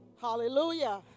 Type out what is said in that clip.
Hallelujah